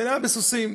מלאה בסוסים.